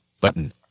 button